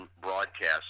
broadcast